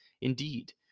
Indeed